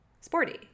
sporty